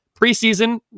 Preseason